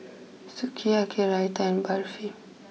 Sukiyaki Raita and Barfi